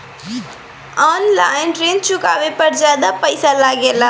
आन line ऋण चुकावे पर ज्यादा पईसा लगेला?